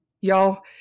y'all